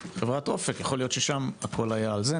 חברת "אופק", יכול להיות ששם הכל היה על זה.